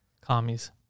commies